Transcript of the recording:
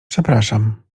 przepraszam